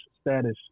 status